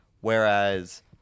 Whereas